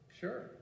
sure